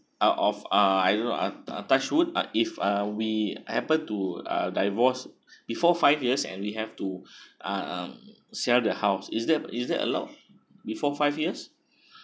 out of uh I don't know ah ah touch wood uh if uh we happen to uh divorced before five years and we have to uh um sell the house is that is that allowed before five years